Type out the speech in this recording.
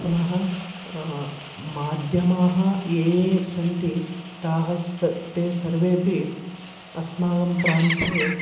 पुनः माध्यमाः ये ये सन्ति ताः स् ते सर्वेऽपि अस्माकं प्रान्ते